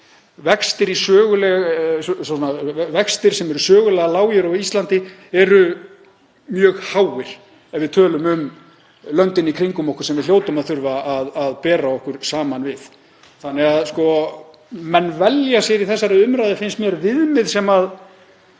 Vextir sem eru sögulega lágir á Íslandi eru mjög háir ef við miðum við löndin í kringum okkur, sem við hljótum að þurfa að bera okkur saman við. Menn velja sér viðmið í þessari umræðu, finnst mér, sem